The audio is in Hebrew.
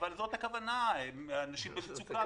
אבל זאת הכוונה: אנשים במצוקה,